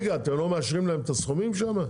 אתם לא מאשרים להם את הסכומים שם?